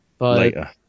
Later